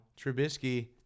Trubisky